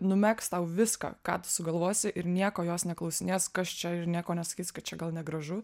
numegs tau viską ką tu sugalvosi ir nieko jos neklausinės kas čia ir nieko nesakys kad čia gal negražu